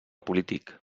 polític